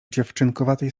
dziewczynkowatej